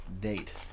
date